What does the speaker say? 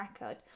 record